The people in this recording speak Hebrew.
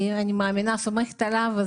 אני סומכת עליו.